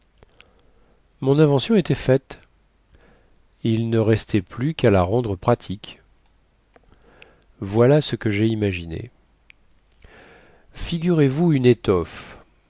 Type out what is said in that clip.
mon invention était faite il ne restait plus quà la rendre pratique voilà ce que jai imaginé figurez-vous une étoffe